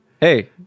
Hey